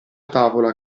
tavola